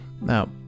Now